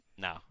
No